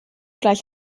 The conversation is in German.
gleich